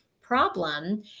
problem